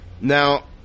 Now